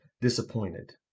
disappointed